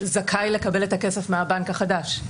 זכאי לקבל את הכסף מהבנק החדש.